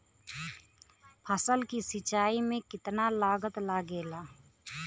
फसल की सिंचाई में कितना लागत लागेला?